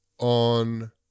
on